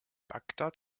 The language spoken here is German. bagdad